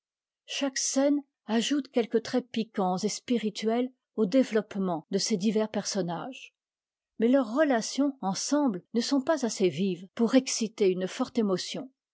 chaque scène ajoute quelques traits piquants et spirituels au développement de ces divers personnages mais leurs relations ensemble ne sont pas assez vives pour exciter une forte émotion